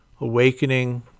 awakening